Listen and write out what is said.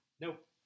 Nope